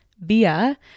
via